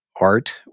art